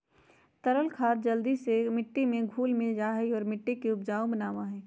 तरल खाद जल्दी ही मिट्टी में घुल मिल जाहई और मिट्टी के उपजाऊ बनावा हई